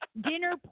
dinner